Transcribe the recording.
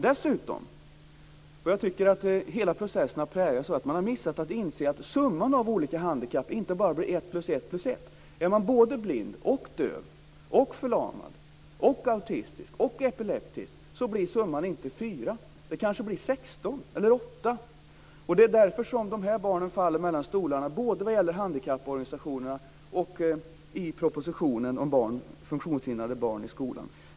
Dessutom tycker jag att hela processen har präglats av att man missat att inse att summan av olika handikapp inte bara blir ett plus ett plus ett. Är man både blind och döv och förlamad och autistisk och epileptisk, så blir summan inte fem. Det kanske blir sex eller åtta. Det är därför som dessa barn faller mellan stolarna både vad gäller handikapporganisationerna och i propositionen om funktionshindrade barn i skolan.